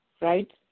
right